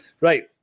right